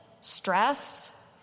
stress